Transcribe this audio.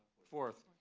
but fourth.